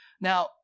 Now